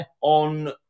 on